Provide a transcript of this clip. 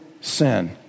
sin